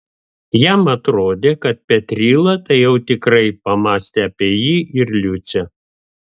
jam atrodė kad petryla tai jau tikrai pamąstė apie jį ir liucę